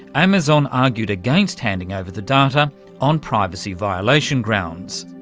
amazon argued against handing over the data on privacy violation grounds.